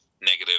negative